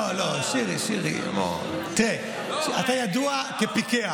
לא, לא, שירי, תראה, אתה ידוע כפיקח.